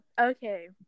okay